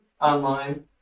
online